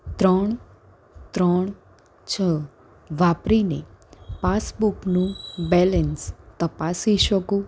ત્રણ ત્રણ છ વાપરીને પાસબુકનું બેલેન્સ તપાસી શકું